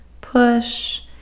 push